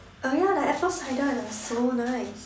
oh ya the apple cider was so nice